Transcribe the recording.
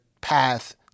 path